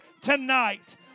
tonight